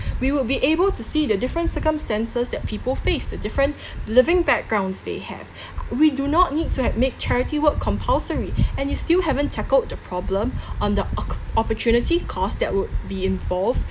we would be able to see the different circumstances that people face the different living backgrounds they have we do not need to have make charity work compulsory and you still haven't tackled the problem on the op~ opportunity cost that would be involved